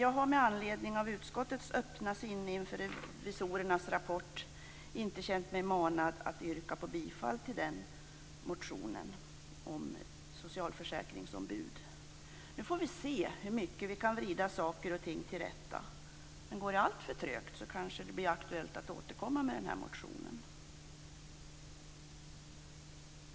Jag har med anledning av utskottets öppna sinne inför revisorernas rapport dock inte känt mig manad att yrka bifall till motionen om socialförsäkringsombud. Vi får väl se hur mycket vi kan vrida saker och ting till rätta. Går det alltför trögt blir det kanske aktuellt att återkomma med en sådan här motion.